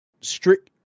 strict